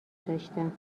داشتم